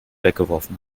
weggeworfen